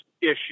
issue